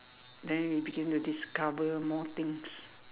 then you begin to discover more things